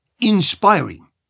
inspiring